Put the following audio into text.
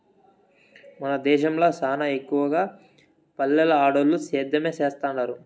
మన దేశంల సానా ఎక్కవగా పల్లెల్ల ఆడోల్లు సేద్యమే సేత్తండారు